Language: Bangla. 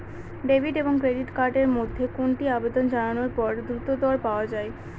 ডেবিট এবং ক্রেডিট কার্ড এর মধ্যে কোনটি আবেদন জানানোর পর দ্রুততর পাওয়া য়ায়?